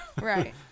Right